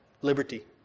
liberty